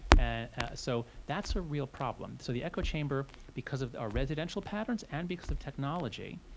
and ah so that's a real problem. so the echo chamber, because of our residential patterns and because of technology,